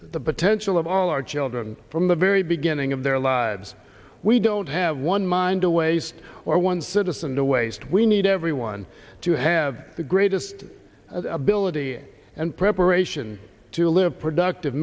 potential of all our children from the very beginning of their lives we don't have one mind to waste or one citizen to waste we need everyone to have the greatest ability and preparation to live productive